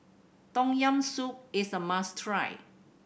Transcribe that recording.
Tom Yam Soup is a must try